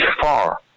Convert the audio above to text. far